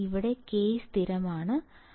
ഇവിടെ K സ്ഥിരമാണ് നമുക്കറിയാം